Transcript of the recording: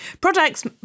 Products